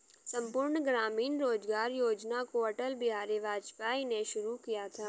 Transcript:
संपूर्ण ग्रामीण रोजगार योजना को अटल बिहारी वाजपेयी ने शुरू किया था